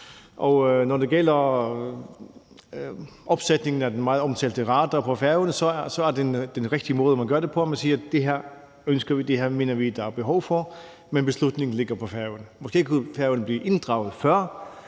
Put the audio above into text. når det gælder opstillingen af den meget omtalte radar på Færøerne, er det den rigtige måde, man gør det på, når man siger: Det her ønsker vi; det her mener vi der er behov for; men beslutningen ligger på Færøerne. Måske kunne Færøerne blive inddraget før